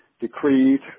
decreed